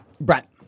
Brett